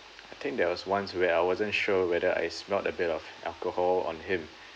I think there was once where I wasn't sure whether I smelled a bit of alcohol on him